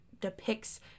depicts